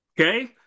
okay